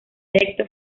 erecto